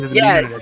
yes